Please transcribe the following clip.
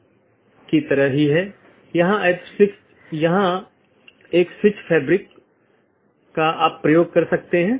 क्योंकि प्राप्त करने वाला स्पीकर मान लेता है कि पूर्ण जाली IBGP सत्र स्थापित हो चुका है यह अन्य BGP साथियों के लिए अपडेट का प्रचार नहीं करता है